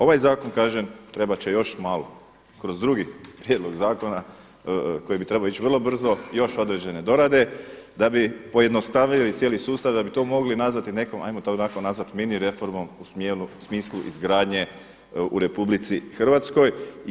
Ovaj zakon kažem trebat će još malo kroz drugi prijedlog zakona koji bi trebao ići vrlo brzo još određene dorade da bi pojednostavili cijeli sustav, da bi to mogli nazvati nekom hajmo to tako nazvati mini reformom u smislu izgradnje u Republici Hrvatskoj.